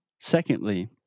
Secondly